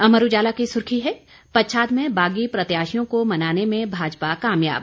अमर उजाला की सुर्खी है पच्छाद में बागी प्रत्याशियों को मनाने में भाजपा कामयाब